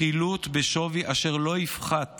חילוט בשווי אשר לא יפחת